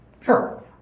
Sure